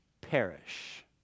perish